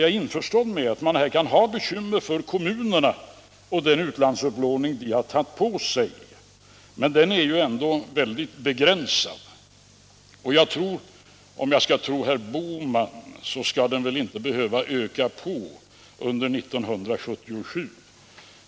Jag är införstådd med att man kan ha bekymmer för kommunerna och den utlandsupplåning som de har tagit på sig. Men den är ju ändå väldigt begränsad. Om jag skall tro herr Bohman skall den väl inte behöva ökas under 1977.